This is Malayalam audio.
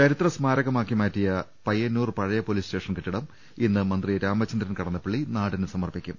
ചരിത്ര സ്മാരകമാറ്റി മാറ്റിയ പയ്യന്നൂർ പഴയ പൊലീസ് സ്റ്റേ ഷൻ കെട്ടിടം ഇന്ന് മന്ത്രി രാമപ്പന്ദ്രൻ കടന്നപ്പളളി നാടിന് സമർപ്പി ക്കും